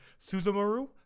Suzumaru